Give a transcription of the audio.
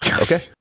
okay